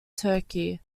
turkey